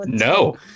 No